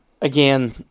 again